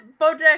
Bojack